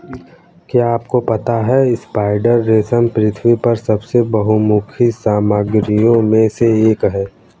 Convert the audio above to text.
क्या आपको पता है स्पाइडर रेशम पृथ्वी पर सबसे बहुमुखी सामग्रियों में से एक है?